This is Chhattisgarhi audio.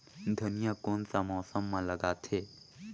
धनिया कोन सा मौसम मां लगथे?